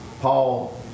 Paul